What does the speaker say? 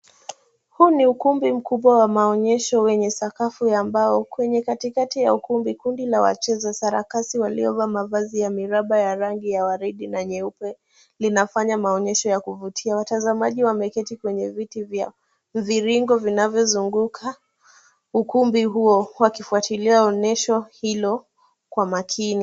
Huu ni ukumbi mkubwa wa maonyesho wenye sakafu ya mbao. Kwenye katikati ya ukumbi, kundi la wacheza sarakasi waliovaa mavazi ya miraba ya rangi ya waridi na nyeupe, linafanya maonyesho ya kuvutia. watazamaji wameketi kwenye viti vya viringo vinavyozunguka ukumbi huo wakifuatilia onyesho hilo kwa makini.